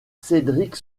cédric